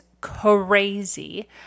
crazy